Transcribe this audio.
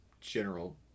general